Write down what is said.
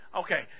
Okay